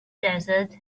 desert